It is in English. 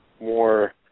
more